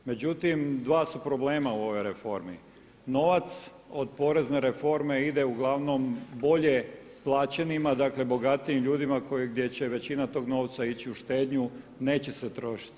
Međutim dva su problema u ovoj reformi, novac od porezne reforme ide uglavnom bolje plaćenima, dakle bogatijim ljudima gdje će većina tog novca ići u štednju neće se trošiti.